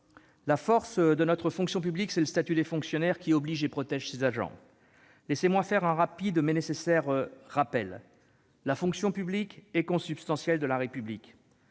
La force de notre fonction publique est le statut des fonctionnaires, qui oblige et protège ses agents. Permettez-moi de faire un rappel rapide, mais nécessaire. La fonction publique est consubstantielle de la République.